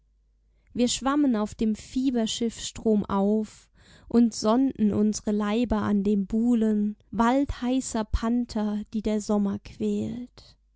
wir schwammen auf dem fieberschiff stromauf und sonnten unsre leiber an dem buhlen waldheißer panther die der sommer quält